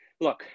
look